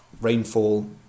rainfall